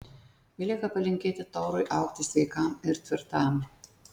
belieka palinkėti taurui augti sveikam ir tvirtam